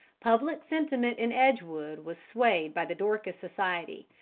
public sentiment in edgewood was swayed by the dorcas society,